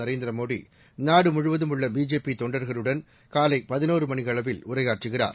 நரேந்திர மோடி நாடு முழுவதம் உள்ள பிஜேபி தொண்டர்களுடன் காலை பதினோரு மணியளவில் உரையாற்றுகிறார்